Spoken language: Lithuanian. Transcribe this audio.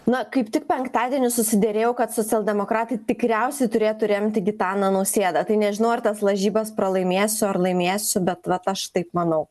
na kaip tik penktadienį susiderėjau kad socialdemokratai tikriausiai turėtų remti gitaną nausėdą tai nežinau ar tas lažybas pralaimėsiu ar laimėsiu bet vat aš taip manau